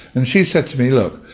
and she said to me, look,